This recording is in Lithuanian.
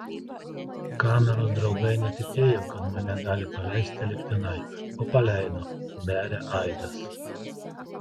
kameros draugai netikėjo kad mane gali paleisti lygtinai o paleido beria aidas